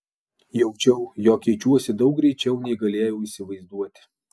jaučiau jog keičiuosi daug greičiau nei galėjau įsivaizduoti